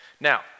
Now